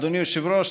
אדוני היושב-ראש,